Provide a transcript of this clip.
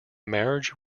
marriage